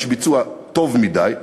איש ביצוע טוב מדי.